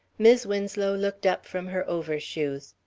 mis' winslow looked up from her overshoes.